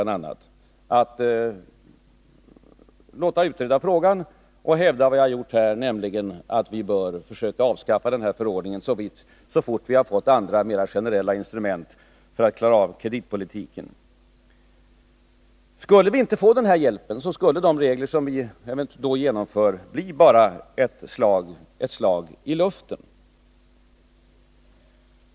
a. det är ett skäl för mig att låta utreda frågan och hävda vad jag gjort här, nämligen att vi bör avskaffa förordningen så fort vi har fått andra, mera generella instrument för att klara av kreditpolitiken. Skulle vi inte få den hjälpen, skulle de regler som vi då genomför bara bli ett slag i luften.